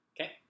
Okay